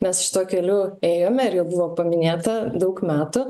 mes šituo keliu ėjome ir jau buvo paminėta daug metų